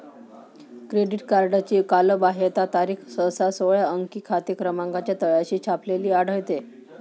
credit कार्डची कालबाह्यता तारीख सहसा सोळा अंकी खाते क्रमांकाच्या तळाशी छापलेली आढळते